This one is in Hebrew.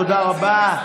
תודה רבה.